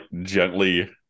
gently